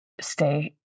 stay